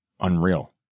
unreal